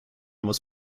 was